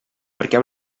perquè